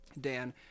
Dan